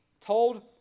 told